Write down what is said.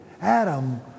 Adam